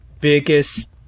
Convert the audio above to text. biggest